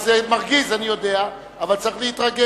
אז מרגיז, אני יודע, אבל צריך להתרגל.